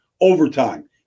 Overtime